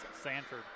Sanford